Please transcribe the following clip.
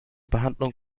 behandlung